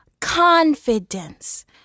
confidence